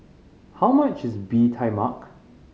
how much is Bee Tai Mak